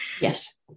yes